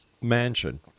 Mansion